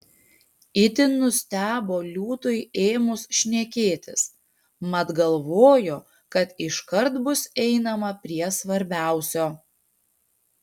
itin nustebo liūtui ėmus šnekėtis mat galvojo kad iškart bus einama prie svarbiausio